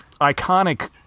iconic